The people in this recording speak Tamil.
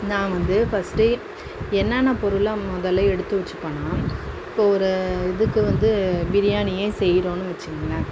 நான் வந்து ஃபர்ஸ்ட் என்னென்ன பொருளெலாம் மொதலில் எடுத்து வைச்சுப்பேன்னா இப்போது ஒரு இதுக்கு வந்து பிரியாணியே செய்கிறோன்னு வைச்சுக்ங்ளேன்